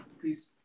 please